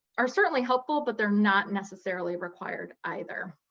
are certainly helpful, but they're not necessarily required either.